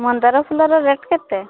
ମନ୍ଦାର ଫୁଲର ରେଟ୍ କେତେ